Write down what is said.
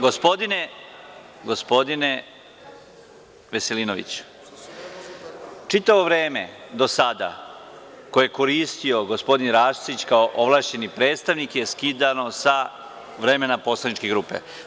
Gospodine Veselinoviću, čitavo vreme do sada koje je koristio gospodin Arsić kao ovlašćeni predstavnik je skidano sa vremena poslaničke grupe.